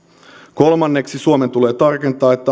kolmanneksi suomen tulee tarkentaa että